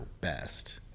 best